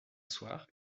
soir